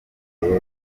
gatere